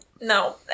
no